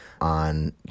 on